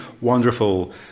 wonderful